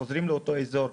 חוזרים לאותו אזור,